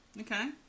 Okay